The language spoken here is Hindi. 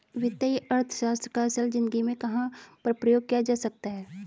वित्तीय अर्थशास्त्र का असल ज़िंदगी में कहाँ पर प्रयोग किया जा सकता है?